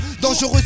dangereuse